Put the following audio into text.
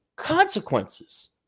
Consequences